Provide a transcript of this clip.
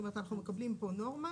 זאת אומרת אנחנו מקבלים פה נורמה